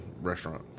restaurant